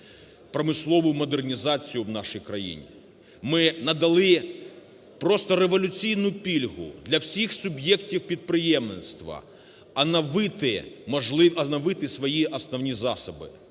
промислову модернізацію в нашій країні. Ми надали просто революційну пільгу для всіх суб'єктів підприємництва: оновити свої основні засоби,